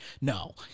no